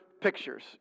pictures